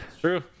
true